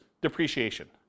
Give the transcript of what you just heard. depreciation